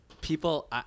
People